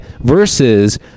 versus